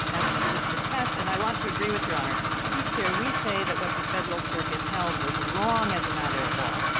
and the the test and i want to agree with your honor. to be clear, we say that what the federal circuit held was wrong as a matter of law.